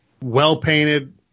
Well-painted